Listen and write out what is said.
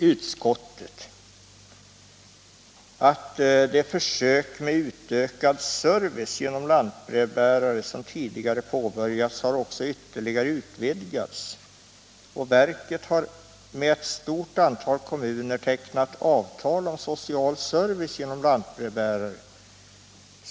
Utskottet skriver: ”De försök med utökad service genom lantbrevbärare som tidigare påbörjats har också ytterligare utvidgats och verket har sålunda med ett stort antal kommuner tecknat avtal om social service genom lantbrevbärare.